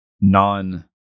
non